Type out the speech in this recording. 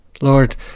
Lord